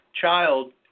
child